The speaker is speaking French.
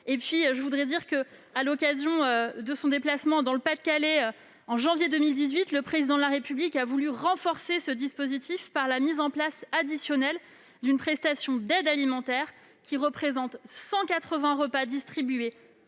actes d'état civil. À l'occasion de son déplacement dans le Pas-de-Calais en janvier 2018, le Président de la République a voulu renforcer ce dispositif par la mise en place additionnelle d'une prestation d'aide alimentaire, qui représente 1 800 repas distribués